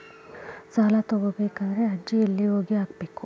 ಸಾಲ ತಗೋಬೇಕಾದ್ರೆ ಅರ್ಜಿ ಎಲ್ಲಿ ಹೋಗಿ ಹಾಕಬೇಕು?